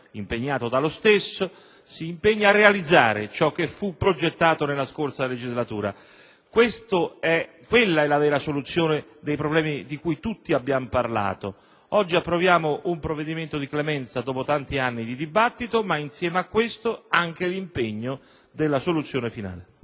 provvedimento di oggi, si impegna a realizzare ciò che fu progettato nella scorsa legislatura. Questa è la vera soluzione dei problemi di cui tutti abbiamo parlato. Oggi approviamo un provvedimento di clemenza, dopo tanti anni di dibattito, ma insieme a questo anche l'impegno della soluzione finale.